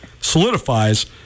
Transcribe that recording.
solidifies